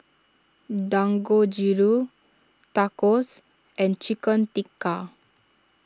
Dangojiru Tacos and Chicken Tikka